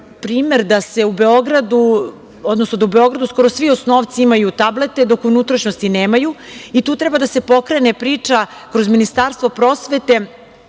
na primer primer da u Beogradu skoro svi imaju tablete, dok u unutrašnjosti nemaju i tu treba da se pokrene priča kroz Ministarstvo prosvete